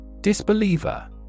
Disbeliever